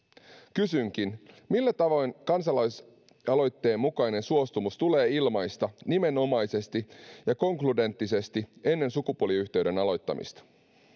kysynkin millä tavoin kansalaisaloitteen mukainen suostumus tulee ilmaista nimenomaisesti ja konkludenttisesti ennen sukupuoliyhteyden aloittamista